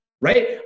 Right